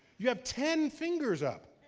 you have ten fingers up.